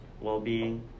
well-being